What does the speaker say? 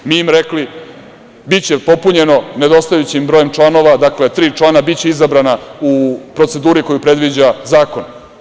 Mi smo im rekli – biće popunjeno nedostajućim brojem članova, dakle, tri člana biće izabrana u proceduri koju predviđa zakon.